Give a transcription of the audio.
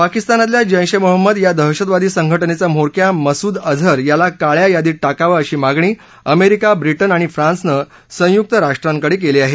पाकिस्तानातल्या जैश मंहमद या दहशतवादी संघटनेचा म्होरक्या मसूद अजहर याला काळ्या यादीत टाकावं अशी मागणी अमेरिका ब्रिटन आणि फ्रान्सनं संयुक राष्ट्रसंघाकडे केली आहे